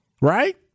Right